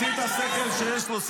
תוציא את השכל שיש לו,